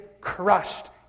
crushed